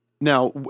Now